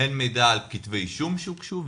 הן מידע על כתבי אישום שהוגשו,